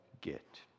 get